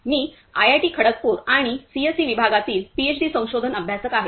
मी IIT Kharagpur आणि CSE विभागातील PhD संशोधन अभ्यासक आहे